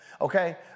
Okay